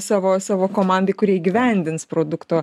savo savo komandai kuri įgyvendins produkto